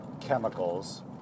chemicals